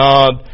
God